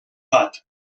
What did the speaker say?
bat